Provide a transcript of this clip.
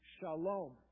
Shalom